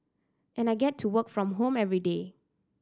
and I get to work from home everyday